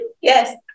Yes